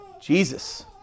Jesus